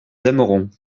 aimeront